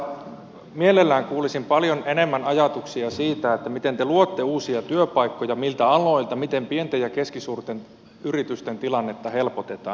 toisaalta mielellään kuulisin paljon enemmän ajatuksia siitä miten te luotte uusia työpaikkoja miltä aloilta miten pienten ja keskisuurten yritysten tilannetta helpotetaan